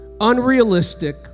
Unrealistic